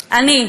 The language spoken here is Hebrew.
אני,